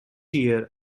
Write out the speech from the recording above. year